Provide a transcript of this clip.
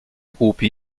głupi